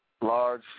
large